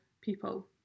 people